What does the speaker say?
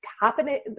happening